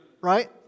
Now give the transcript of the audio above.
right